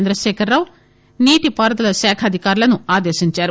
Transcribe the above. చంద్ర శేఖర్ రావు నీటిపారుదల శాఖ అధికారులను ఆదేశించారు